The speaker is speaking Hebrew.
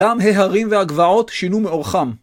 גם ההרים והגבעות שינו מאורחם.